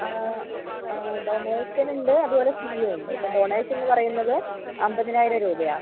donation ഉണ്ട് അതുപോലെ ഫീയും ഉണ്ട് ഇപ്പം ഡോണേഷൻ എന്ന് പറയുന്നത് അൻപതിനായിരം രൂപയാണ്